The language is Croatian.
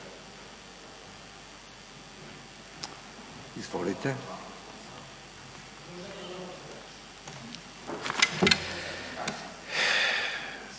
Izvolite.